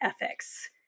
ethics